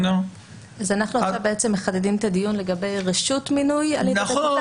אנחנו בעצם מחדדים את הדיון לגבי רשות מינוי על ידי בית משפט.